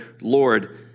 Lord